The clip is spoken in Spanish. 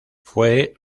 fue